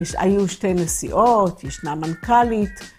‫היו שתי נשיאות, ישנה מנכ"לית